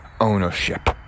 ownership